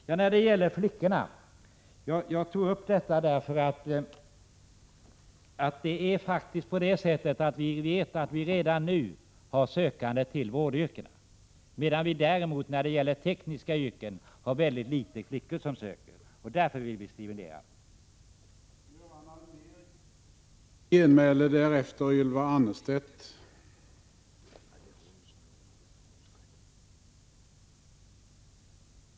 Jag tog upp frågan om flickornas val, därför att vi redan nu vet att vi har sökande till vårdyrkesutbildningen, medan däremot mycket få flickor söker till utbildning som leder till tekniska yrken. Därför vill vi stimulera det.